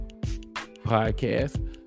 Podcast